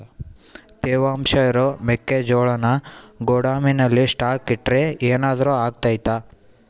ತೇವಾಂಶ ಇರೋ ಮೆಕ್ಕೆಜೋಳನ ಗೋದಾಮಿನಲ್ಲಿ ಸ್ಟಾಕ್ ಇಟ್ರೆ ಏನಾದರೂ ಅಗ್ತೈತ?